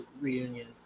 reunion